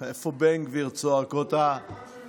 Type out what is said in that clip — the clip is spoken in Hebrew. "איפה בן גביר?", צועקות הכותרות.